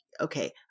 okay